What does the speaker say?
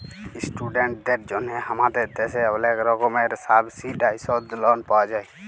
ইশটুডেন্টদের জন্হে হামাদের দ্যাশে ওলেক রকমের সাবসিডাইসদ লন পাওয়া যায়